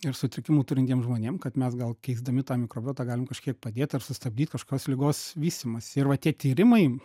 ir sutrikimų turintiem žmonėm kad mes gal keisdami tą mikrobiotą galim kažkiek padėt ar sustabdyt kažkokios ligos vystymąsi ir va tie tyrimai